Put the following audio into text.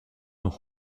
noch